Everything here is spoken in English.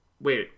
Wait